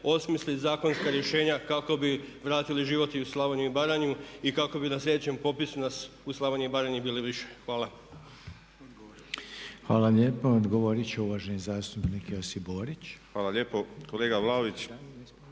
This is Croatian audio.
osmisle zakonska rješenja kako bi vratili život i u Slavoniju i Baranju i kako bi na sljedećem popisu u Slavoniji i Baranji bilo više. Hvala. **Reiner, Željko (HDZ)** Hvala lijepo. Odgovorit će uvaženi zastupnik Josip Borić. **Borić, Josip